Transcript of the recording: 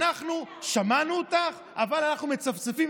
אנחנו שמענו אותך אבל אנחנו מצפצפים.